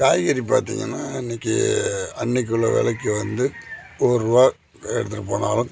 காய்கறி பார்த்தீங்கன்னா இன்றைக்கு அன்றைக்கு உள்ளே விலைக்கு வந்து ஒருரூவா எடுத்துகிட்டு போனாலும்